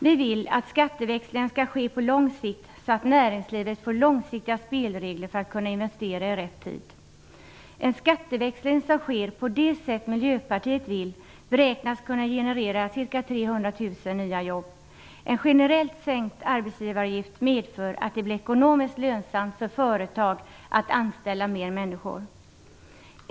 Vi vill att skatteväxlingen skall ske på lång sikt så att näringslivet får långsiktiga spelregler för att kunna investera i rätt tid. En skatteväxling som sker på det sätt Miljöpartiet vill beräknas kunna generera ca 300 000 nya jobb. En generellt sänkt arbetsgivaravgift medför att det blir ekonomiskt lönsamt för företag att anställa mer människor.